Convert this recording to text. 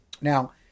Now